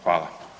Hvala.